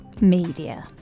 media